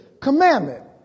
commandment